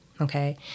Okay